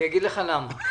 אני אגיד לך למה.